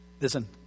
Listen